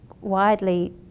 widely